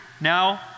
now